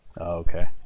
okay